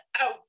out